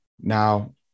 now